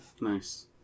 Nice